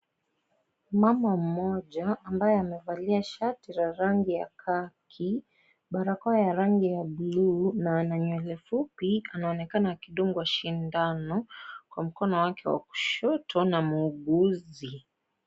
Mama mmoja, ambaye amevalia shati la rangi ya kaki, barakoa ya rangi ya buluu na ana nywele fupi, anaonekana akidungwa sindano kwa mkono wake wa kushoto na muuguzi.